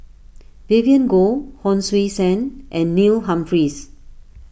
Vivien Goh Hon Sui Sen and Neil Humphreys